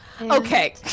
Okay